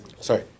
Sorry